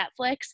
Netflix